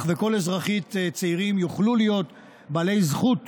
וכל אזרחית צעירים יוכלו להיות בעלי זכות